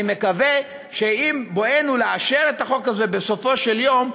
אני מקווה שעם בואנו לאשר את החוק הזה בסופו של יום,